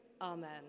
amen